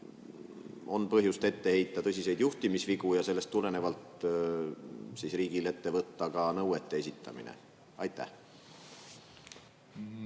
on põhjust ette heita tõsiseid juhtimisvigu ja kas sellest tulenevalt tuleks riigil ette võtta ka nõuete esitamine? Aitäh!